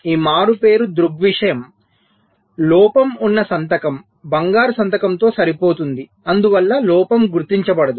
ఈ మారుపేరు దృగ్విషయం లోపం ఉన్న సంతకం బంగారు సంతకంతో సరిపోతుంది అందువల్ల లోపం గుర్తించబడదు